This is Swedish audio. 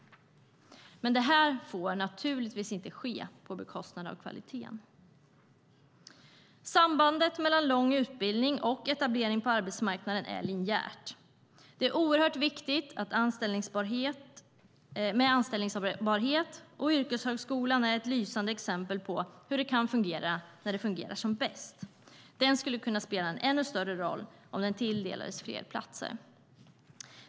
Men det får naturligtvis inte ske på bekostnad av kvaliteten. Sambandet mellan lång utbildning och etablering på arbetsmarkanden är linjärt. Det är oerhört viktigt med anställningsbarhet, och yrkeshögskolan är ett lysande exempel på hur det kan fungera när det fungerar som bäst. Den skulle kunna spela en ännu större roll om den tilldelades fler platser.